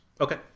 Okay